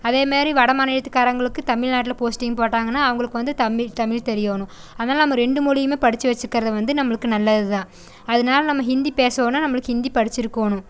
அதேமாரி வட மாநிலத்துக்காரங்களுக்கு தமிழ்நாட்டில் போஸ்டிங் போட்டாங்கன்னா அவங்களுக்கு வந்து தமிழ் தமிழ் தெரியணும் அதனால் நம்ம ரெண்டு மொழியுமே படிச்சு வச்சிக்கறத வந்து நம்மளுக்கு நல்லது தான் அதனால நம்ம ஹிந்தி பேசணுனா நம்மளுக்கு ஹிந்தி படிச்சிருக்கணும்